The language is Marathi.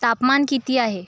तापमान किती आहे